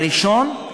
הראשון,